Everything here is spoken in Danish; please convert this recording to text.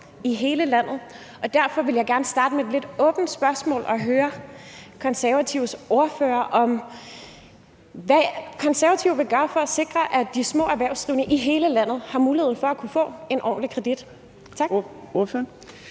derfor vil jeg gerne starte med et lidt åbent spørgsmål og høre Konservatives ordfører, hvad Konservative vil gøre for at sikre, at de små erhvervsdrivende i hele landet har mulighed for at kunne få en ordentlig kredit.